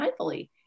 mindfully